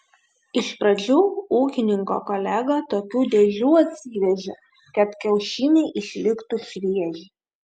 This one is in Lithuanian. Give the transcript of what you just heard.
iš pradžių ūkininko kolega tokių dėžių atsivežė kad kiaušiniai išliktų švieži